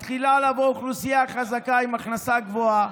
מתחילה לעבור אוכלוסייה חזקה עם הכנסה גבוהה.